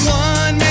one